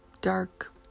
dark